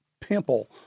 pimple